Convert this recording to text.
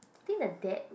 think the dad